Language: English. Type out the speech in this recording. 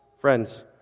Friends